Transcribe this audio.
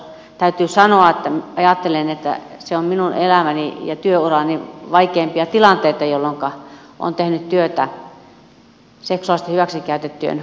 täytyy sanoa että ajattelen että se on minun elämäni ja työurani vaikeimpia tilanteita jolloinka olen tehnyt työtä seksuaalisesti hyväksikäytettyjen uhrien kanssa